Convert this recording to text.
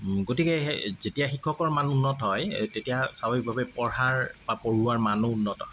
গতিকে যেতিয়া শিক্ষকৰ মান উন্নত হয় তেতিয়া স্বাভাৱিকভাৱে পঢ়াৰ বা পঢ়োৱাৰ মানো উন্নত হয়